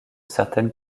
certaines